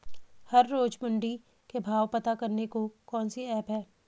हर रोज़ मंडी के भाव पता करने को कौन सी ऐप है?